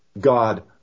God